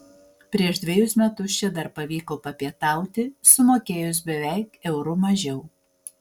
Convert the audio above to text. prieš dvejus metus čia dar pavyko papietauti sumokėjus beveik euru mažiau